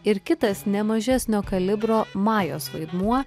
ir kitas ne mažesnio kalibro majos vaidmuo